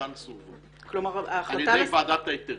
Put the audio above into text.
שלושתן סורבו על ידי ועדת ההיתרים.